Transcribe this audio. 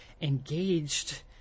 engaged